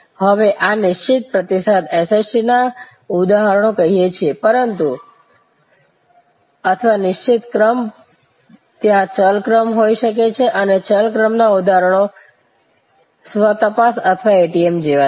હવે આ નિશ્ચિત પ્રતિસાદ SST ના ઉદાહરણો કહીએ છે પરંતુ અથવા નિશ્ચિત ક્રમ પરંતુ ત્યાં ચલ ક્રમ હોઈ શકે છે અને ચલ ક્રમના ઉદાહરણો સ્વતપાસ અથવા ATM જેવા છે